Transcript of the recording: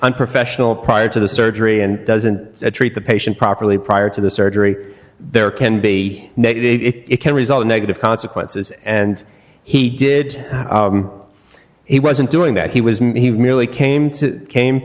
unprofessional prior to the surgery and doesn't treat the patient properly prior to the surgery there can be no it can result in negative consequences and he did he wasn't doing that he was he merely came to came